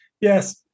Yes